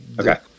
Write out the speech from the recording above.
Okay